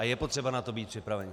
Je potřeba na to být připraven.